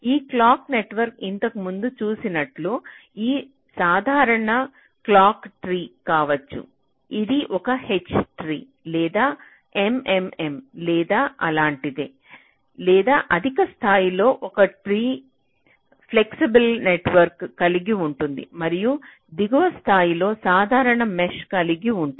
ఈ clock network ఇంతకుముందు చూసినట్లు ఇది సాధారణ క్లాక్ ట్రీ కావచ్చు ఇది ఒక H ట్రీ లేదా MMM లేదా అలాంటిదే లేదా అధిక స్థాయిలో ఒక ట్రీ కి ఫ్లెక్సిబుల్ నెట్వర్క్ను కలిగి ఉంటుంది మరియు దిగువ స్థాయిలో సాధారణ మెష్ కలిగి ఉంటుంది